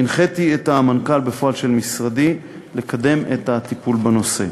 הנחיתי את המנכ"ל בפועל של משרדי לקדם את הטיפול בנושא.